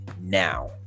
now